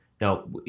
Now